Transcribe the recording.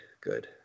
good